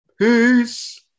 Peace